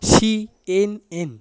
C N N